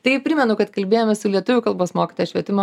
tai primenu kad kalbėjomės su lietuvių kalbos mokytoja švietimo